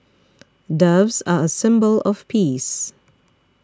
doves are a symbol of peace